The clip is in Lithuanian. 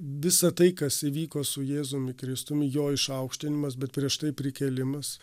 visa tai kas įvyko su jėzumi kristumi jo išaukštinimas bet prieš tai prikėlimas